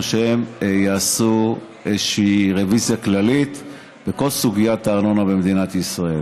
שהם יעשו איזושהי רוויזיה כללית בכל סוגיית הארנונה במדינת ישראל.